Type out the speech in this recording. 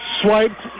Swiped